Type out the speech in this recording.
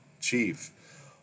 chief